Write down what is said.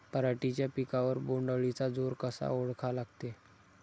पराटीच्या पिकावर बोण्ड अळीचा जोर कसा ओळखा लागते?